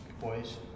boys